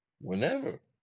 whenever